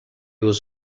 was